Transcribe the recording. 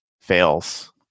fails